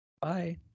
Bye